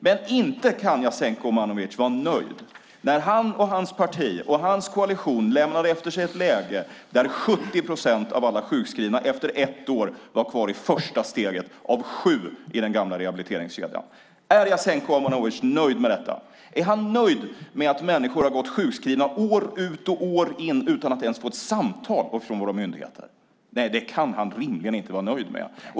Men inte kan Jasenko Omanovic vara nöjd när han och hans parti och hans koalition lämnade efter sig ett läge där 70 procent av alla sjukskrivna efter ett år var kvar i det första steget av sju i den gamla rehabiliteringskedjan? Är Jasenko Omanovic nöjd med detta? Är han nöjd med att människor har gått sjukskrivna år ut och år in utan att ens få ett samtal från våra myndigheter? Nej, det kan han rimligen inte vara nöjd med.